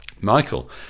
Michael